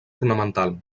ornamental